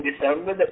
December